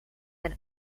and